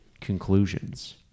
conclusions